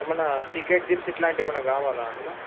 ఏమన్నా secret tips ఇట్లాంటివి ఏమన్నా కావాలా అందులో